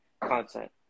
content